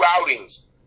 outings